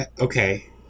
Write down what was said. okay